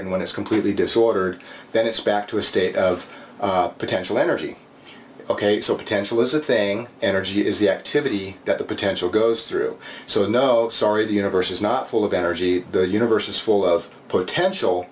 and when it's completely disorder then it's back to a state of potential energy ok so potential is a thing energy is the activity that the potential goes through so no sorry the universe is not full of energy the universe is full of potential